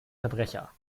verbrecher